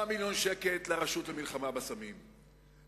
4 מיליון שקל לרשות למלחמה בסמים,